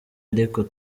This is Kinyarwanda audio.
ariko